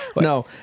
No